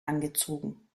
angezogen